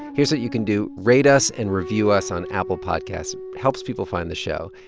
here's what you can do. rate us and review us on apple podcasts helps people find the show.